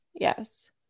Yes